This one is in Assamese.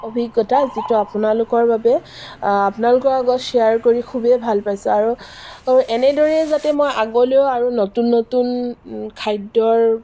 অভিজ্ঞতা যিটো আপোনালোকৰ বাবে আপোনালোকৰ আগত শ্বেয়াৰ কৰি খুবেই ভাল পাইছোঁ আৰু এনেদৰেই যাতে মই আগলৈও আৰু নতুন নতুন খাদ্যৰ